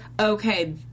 Okay